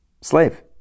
slave